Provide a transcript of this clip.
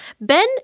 Ben